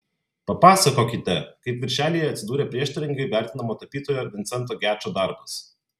papasakokite kaip viršelyje atsidūrė prieštaringai vertinamo tapytojo vincento gečo darbas